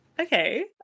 okay